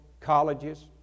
colleges